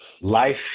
life